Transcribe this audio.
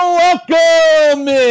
welcome